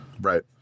right